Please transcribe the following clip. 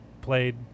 played